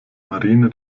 marine